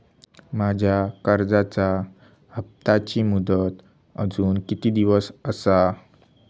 माझ्या कर्जाचा हप्ताची मुदत अजून किती दिवस असा?